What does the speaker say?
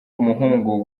umuhungu